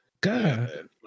god